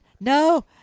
no